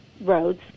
roads